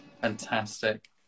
Fantastic